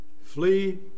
Flee